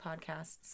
podcasts